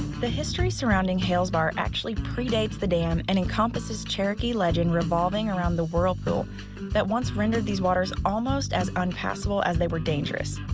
the history surrounding hales bar factually pre-dates the dam and encompasses cherokee legend revolving around the whirlpool that once rendered these waters almost as unpassable as they were dangerous.